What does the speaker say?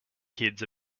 kids